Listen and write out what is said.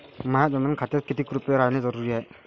माह्या जनधन खात्यात कितीक रूपे रायने जरुरी हाय?